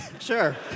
Sure